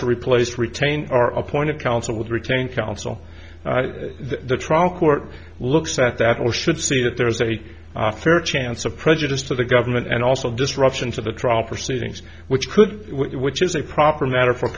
to replace retain our appointed counsel to retain counsel the trial court looks at that all should see that there is a fair chance a prejudice of the government and also disruption to the trial proceedings which could which is a proper matter for